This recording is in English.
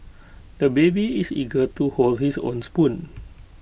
the baby is eager to hold his own spoon